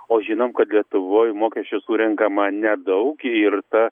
o žinom kad lietuvoj mokesčių surenkama nedaug ir ta